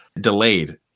delayed